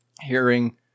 hearing